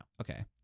Okay